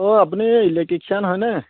অঁ আপুনি ইলেক্ট্ৰিচিয়ান হয়নে